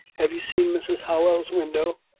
have you seen mrs howell's window?